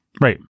Right